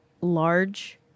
large